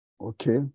Okay